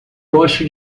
gosto